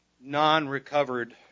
non-recovered